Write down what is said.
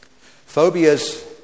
Phobias